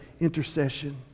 intercession